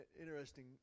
interesting